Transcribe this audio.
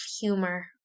humor